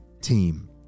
team